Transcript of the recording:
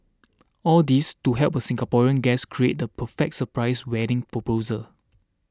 all this to help a Singaporean guest create the perfect surprise wedding proposal